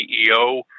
CEO